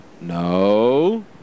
No